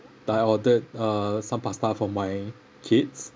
I ordered uh some pasta for my kids